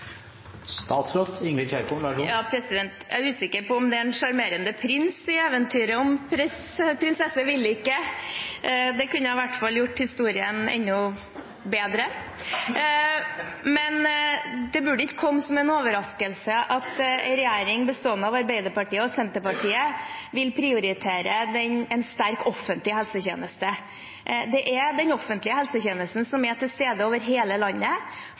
Jeg er usikker på om det er en sjarmerende prins i eventyret om prinsesse Vilikke. Det kunne i hvert fall gjort historien enda bedre! Men det burde ikke komme som en overraskelse at en regjering bestående av Arbeiderpartiet og Senterpartiet vil prioritere en sterk offentlig helsetjeneste. Det er den offentlige helsetjenesten som er til stede over hele landet.